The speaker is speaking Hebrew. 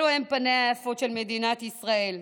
אלו הן פניה היפות של מדינת ישראל.